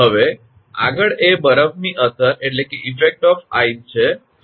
હવે આગળ એ બરફની અસર હશે